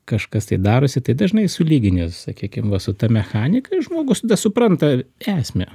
kažkas tai darosi tai dažnai sulygini sakykim va su ta mechanika ir žmogus supranta esmę